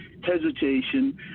hesitation